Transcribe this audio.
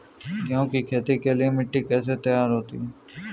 गेहूँ की खेती के लिए मिट्टी कैसे तैयार होती है?